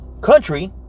country